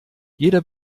jeder